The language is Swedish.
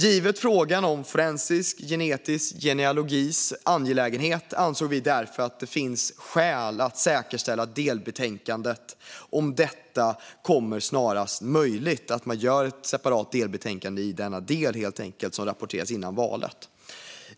Givet att frågan om forensisk genetisk genealogi är angelägen anser vi därför att det finns skäl att säkerställa att ett delbetänkande kommer snarast möjligt. Man skriver helt enkelt ett separat delbetänkande i denna del som rapporteras innan valet.